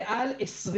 מעל 20